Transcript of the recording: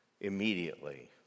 Immediately